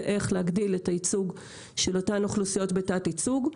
זה איך להגדיל את הייצוג של אותן אוכלוסיות בתת ייצוג.